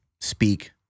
speak